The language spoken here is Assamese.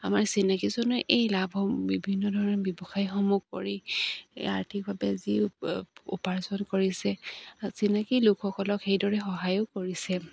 আমাৰ চিনাকিজনে এই লাভসমূহ বিভিন্ন ধৰণৰ ব্যৱসায়সমূহ কৰি আৰ্থিকভাৱে যি উপাৰ্জন কৰিছে চিনাকি লোকসকলক সেইদৰে সহায়ো কৰিছে